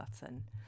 button